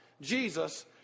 jesus